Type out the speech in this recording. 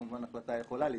כמובן החלטה יכולה להתקבל,